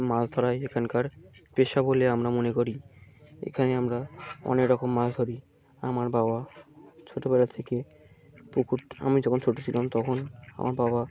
মাছ ধরাই এখানকার পেশা বলে আমরা মনে করি এখানে আমরা অনেক রকম মাছ ধরি আমার বাবা ছোটোবেলা থেকে পুকুর আমি যখন ছোটো ছিলাম তখন আমার বাবা